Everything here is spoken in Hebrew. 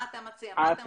מה אתה מציע, מה אתה מבקש.